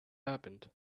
happened